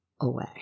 away